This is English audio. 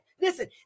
listen